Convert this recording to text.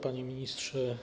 Panie Ministrze!